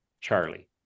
Charlie